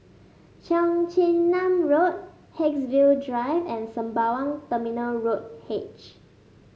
Cheong Chin Nam Road Haigsville Drive and Sembawang Terminal Road H